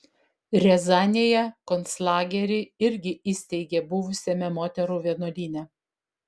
riazanėje konclagerį irgi įsteigė buvusiame moterų vienuolyne